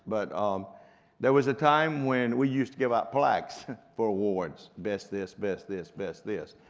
but um there was a time when we used to give out plaques for awards, best this, best this, best this,